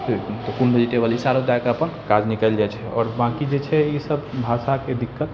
फेर कोन वेजिटेबल इशारा दऽ कऽ अपन काज निकलि जाइ छै आओर बाकी जे छै ईसब भाषाके दिक्कत